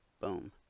boom